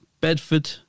Bedford